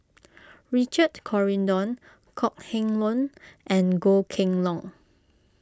Richard Corridon Kok Heng Leun and Goh Kheng Long